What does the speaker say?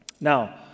Now